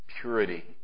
purity